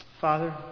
Father